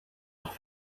leurs